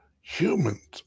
humans